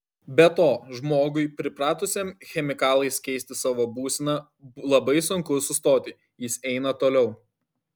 be to žmogui pripratusiam chemikalais keisti savo būseną labai sunku sustoti jis eina toliau